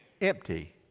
Empty